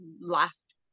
last